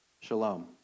Shalom